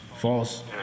false